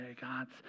God's